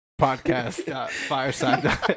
podcast.fireside